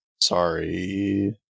sorry